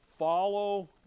follow